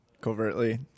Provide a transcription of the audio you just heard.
covertly